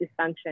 dysfunction